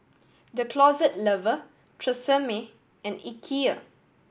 The Closet Lover Tresemme and Ikea